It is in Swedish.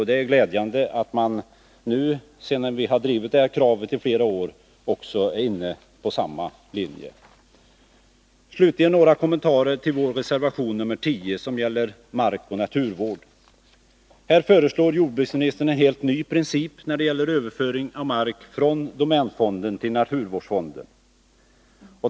Det är glädjande att ni nu, sedan vi har drivit det här kravet i flera år, är inne på samma linje. Slutligen några kommentarer till vår reservation 10, som gäller mark för naturvård. Här föreslår jordbruksministern en helt ny princip när det gäller överföring av mark från domänfonden till naturvårdsfonden.